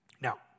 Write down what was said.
Now